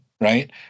right